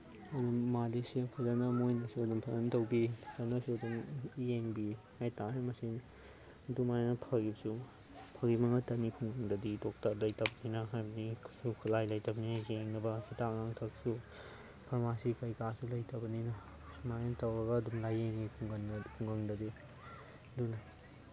ꯃꯥꯗꯤ ꯁꯦꯞ ꯐꯖꯅ ꯃꯣꯏꯅꯁꯨ ꯑꯗꯨꯝ ꯐꯖꯅ ꯇꯧꯕꯤ ꯐꯖꯅꯁꯨ ꯑꯗꯨꯝ ꯌꯦꯡꯕꯤ ꯍꯥꯏ ꯇꯥꯔꯦ ꯃꯁꯤ ꯑꯗꯨꯃꯥꯏꯅ ꯐꯒꯤꯕꯁꯨ ꯐꯒꯤꯕ ꯉꯥꯛꯇꯅꯤ ꯈꯨꯡꯒꯪꯗꯗꯤ ꯗꯣꯛꯇꯔ ꯂꯩꯇꯝꯅꯤꯅ ꯍꯥꯏꯕꯗꯤ ꯈꯨꯠꯁꯨ ꯈꯨꯠꯂꯥꯏ ꯂꯩꯇꯕꯅꯤ ꯌꯦꯡꯅꯕ ꯍꯤꯗꯥꯛ ꯂꯥꯡꯊꯛꯁꯨ ꯐꯥꯔꯃꯥꯁꯤ ꯀꯩꯀꯥꯁꯨ ꯂꯩꯇꯕꯅꯤꯅ ꯁꯨꯃꯥꯏꯅ ꯇꯧꯔꯒ ꯑꯗꯨꯝ ꯂꯥꯌꯦꯡꯉꯤ ꯈꯨꯡꯒꯪꯗꯗꯤ ꯑꯗꯨꯅ